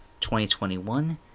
2021